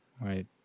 Right